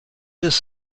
ist